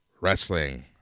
wrestling